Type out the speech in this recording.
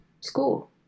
school